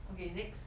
okay next